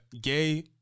gay